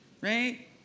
right